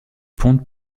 ponte